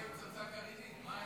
עלה כאן קודם על